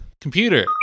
Computer